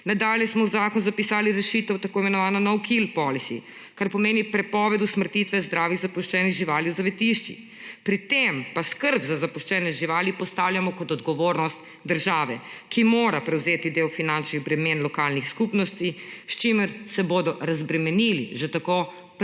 Nadalje smo v zakon zapisali rešitev, tako imenovano »no kill policy«, kar pomeni prepoved usmrtitve zdravih zapuščenih živali v zavetiščih. Pri tem pa skrb za zapuščene živali postavljamo kot odgovornost države, ki mora prevzeti del finančnih bremen lokalnih skupnosti, s čimer se bodo razbremenili že tako